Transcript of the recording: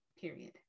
period